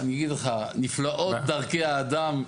נפלאות דרכי האדם.